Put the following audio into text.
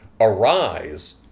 Arise